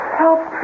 help